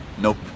Nope